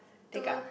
take up